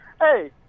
hey